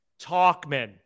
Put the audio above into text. Talkman